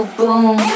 boom